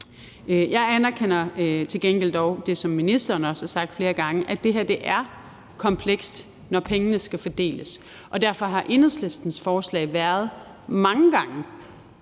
Jeg anerkender dog til gengæld det, som ministeren også har sagt flere gange, altså at det er komplekst, når pengene skal fordeles, og derfor har Enhedslistens forslag mange gange